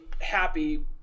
happy